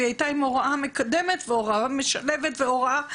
הייתה בהוראה מקדמת והוראה משלבת וכל דבר אחר.